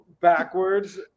backwards